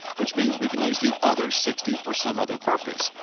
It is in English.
which means we can use the other sixty for some other purpose.